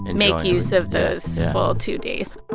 and make use of those two days